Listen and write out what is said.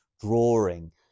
drawing